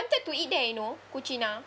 to eat there you know cucina